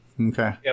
Okay